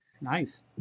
Nice